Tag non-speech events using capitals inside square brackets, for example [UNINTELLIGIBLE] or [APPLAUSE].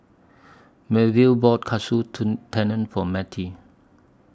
Melville bought Katsu [UNINTELLIGIBLE] Tendon For Mattie